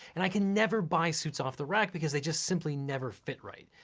and i can never buy suits off the rack because they just simply never fit right.